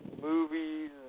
movies